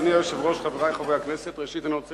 אדוני היושב-ראש, חברי חברי הכנסת, ראשית אני רוצה